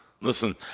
Listen